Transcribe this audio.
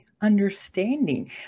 understanding